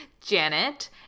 Janet